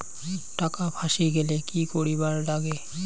টাকা ফাঁসি গেলে কি করিবার লাগে?